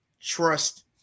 trust